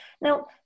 now